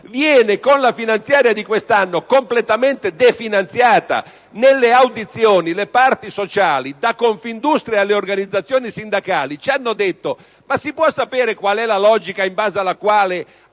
con la finanziaria di quest'anno viene completamente definanziata. Nelle audizioni, le parti sociali - da Confindustria alle organizzazioni sindacali - ci hanno chiesto qual è la logica in base alla quale